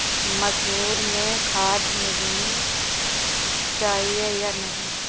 मसूर में खाद मिलनी चाहिए या नहीं?